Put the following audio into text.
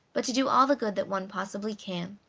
but to do all the good that one possibly can.